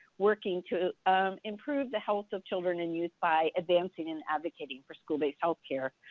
working to improve the health of children and youth by advancing and advocating for school-based health care.